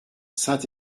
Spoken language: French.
saint